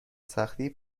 سختی